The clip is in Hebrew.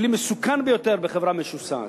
הוא כלי מסוכן ביותר בחברה משוסעת.